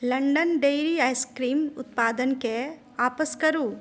London dairy ice cream उत्पादनके आपस करू